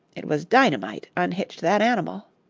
it was dynamite unhitched that animal.